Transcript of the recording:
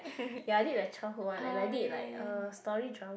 ya this is the childhood one and I did like uh story drama